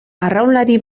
arraunlari